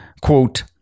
Quote